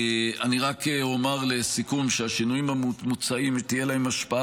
אני רק אומר לסיכום שלשינויים המוצעים תהיה השפעה